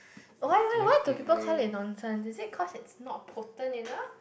why why why do people called it nonsense is it cause it's not potent enough